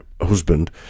husband